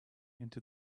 into